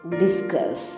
discuss